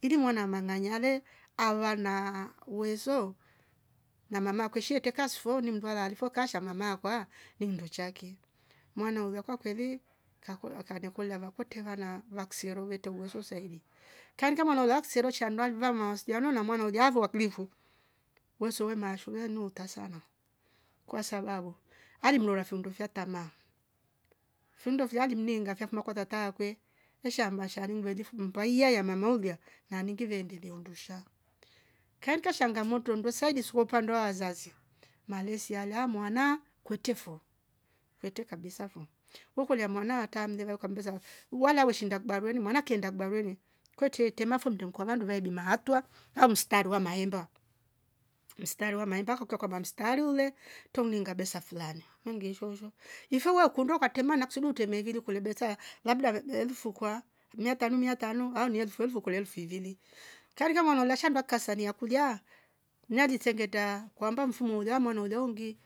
Ili mwana amanganyale awa na uwezo na mama kusheeteka asfo ni mndu alalifo kashaka mama kwa ni mnduchake mwana uuyuwa kwa kwele kako uuyuwa kane kouyava kutevana vaksie rwertovo wezio zaidi. kainda kama nolwa ksero chanua luva mawasiliano na mwana uliavo wakbimfu. Mwenswo mashu wenuta sama kwasabau alimweura fyunto fyanta ma findo vyali mmnenga vvyafyuma kwanza taakwe ehh shamla sham mndwemlifu mpaiyaya amamolia maniki liendele hondusha. katika shangomoto ndo saidizwa upande wa wazazi malezi yala mwana kweto fo kwete kabisa fo wekolia mwana hata mmneva ukambiza wala weshinda kibarueni maana akienda vibarueni kwete etiete mafundoko kwa vandu vaidima hatua ahh mstari wa maemba. mstari wa maemba kaukiwa kaba mstari ule tomninga besa flana unge shosho. Ifo woo kuondoa ukartema naksum urteme vilio kule besa labda mee- meealifu kwa miatano miatano au ni elfu elvu kwele elvu ivili. karika mwanga la ushaula ndwa wakasania kulia miadi sengeta kwa mfumo ulio mwana uliongi